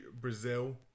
Brazil